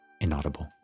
inaudible